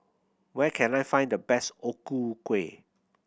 where can I find the best O Ku Kueh